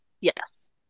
Yes